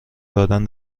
دادن